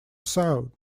south